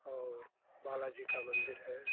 और बाला जी का मंदिर है